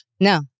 no